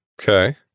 Okay